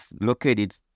located